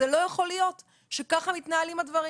זה לא יכול להיות שככה מתנהלים הדברים.